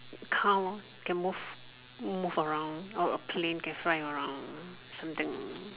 car can move move around or a plane can fly around something